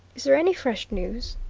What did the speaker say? is there any fresh news?